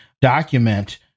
document